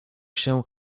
się